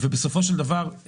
ובסופו של דבר,